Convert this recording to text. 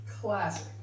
Classic